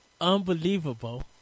unbelievable